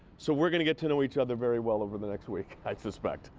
so, we are going to get to know each other very well over the next week, i suspect.